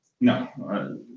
no